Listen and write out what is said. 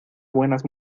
buenas